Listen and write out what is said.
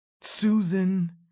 Susan